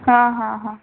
हां हां हां